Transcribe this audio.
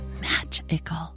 magical